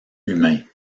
humain